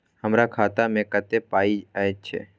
हमरा खाता में कत्ते पाई अएछ?